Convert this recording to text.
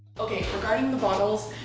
okay regarding the bottles,